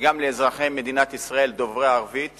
שגם לאזרחי מדינת ישראל דוברי ערבית